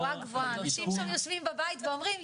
אנשים שם יושבים בבית ואומרים,